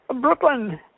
Brooklyn